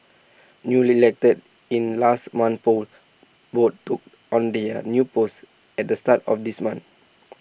newly elected in last month's polls took on their new posts at the start of this month